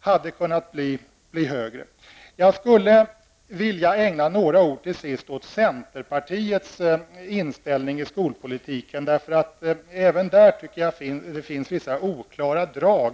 hade emellertid kunnat vara högre. Jag vill även ägna några ord åt centerpartiets inställning i skolpolitiken. Det finns vissa oklara drag.